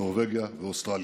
נורבגיה ואוסטרליה.